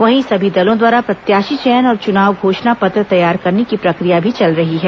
वहीं सभी दलों द्वारा प्रत्याशी चयन और चुनाव घोषणा पत्र तैयार करने की प्रक्रिया भी चल रही है